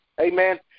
amen